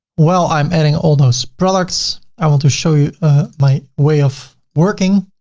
well, i'm adding all those products. i want to show you my way of working.